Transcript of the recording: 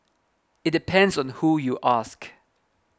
it depends on who you ask